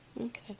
Okay